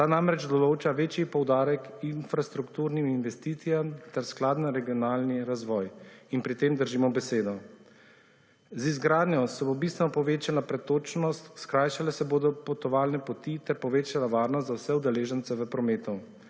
Ta namreč določa večji poudarek infrastrukturnim investicijam ter skladen regionalni razvoj, in pri tem držimo besedo. Z izgradnjo se bo bistveno povečala pretočnost, skrajšale se bodo potovalne poti ter povečala varnost za vse udeležence v prometu.